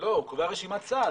הוא קובע רשימת סל.